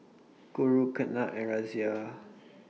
Guru Ketna and Razia